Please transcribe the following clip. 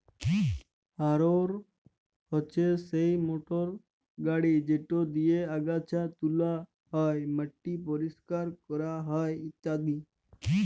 harrow হছে সেই motor গাড়ি যেট দিঁয়ে আগাছা তুলা হ্যয়, মাটি পরিষ্কার ক্যরা হ্যয় ইত্যাদি